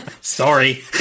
Sorry